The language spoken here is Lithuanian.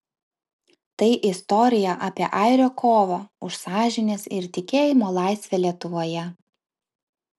tai istorija apie airio kovą už sąžinės ir tikėjimo laisvę lietuvoje